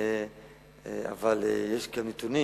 אבל יש כאן נתונים